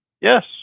Yes